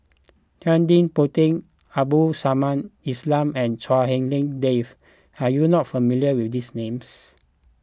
Ted De Ponti Abdul Samad Ismail and Chua Hak Lien Dave are you not familiar with these names